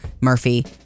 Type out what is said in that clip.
Murphy